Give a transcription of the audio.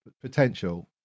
potential